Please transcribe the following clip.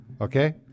Okay